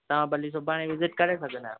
तव्हां भली सुभाणे विज़िट करे सघंदा आहियो